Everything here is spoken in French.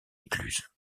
écluses